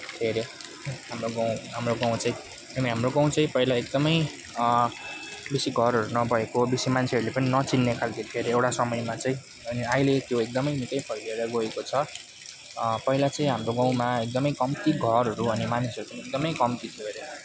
थिए अरे हाम्रो गाउँ हाम्रो गाउँ चाहिँ अनि हाम्रो गाउँ चाहिँ पहिला एकदमै बेसी घरहरू पनि नभएको बेसी मान्छेहरूले पनि नचिन्ने खालको थियो अरे एउटा समयमा चाहिँ अनि अहिले त्यो एकदमै निकै फैलिएर गएको छ पहिला चाहिँ हाम्रो गाउँमा एकदमै कम्ती घरहरू अनि मानिसहरू पनि एकदमै कम्ती थियो अरे